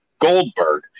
Goldberg